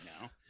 now